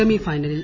semi ഫൈനലിൽ